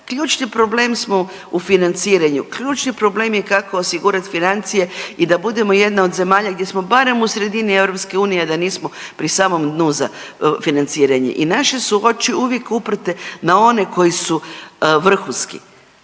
ključni problem smo u financiranju, ključni problem je kako osigurat financije i da budemo jedna od zemalja gdje smo barem u sredini EU da nismo pri samom dnu za financiranje i naše su oči uvijek uprte na one koji su vrhunski,